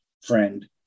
friend